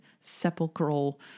sepulchral